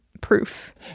proof